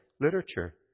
literature